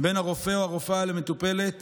בין הרופא או הרופאה למטופלת